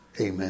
Amen